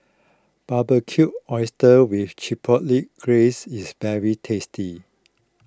Barbecued Oysters with Chipotle Glaze is very tasty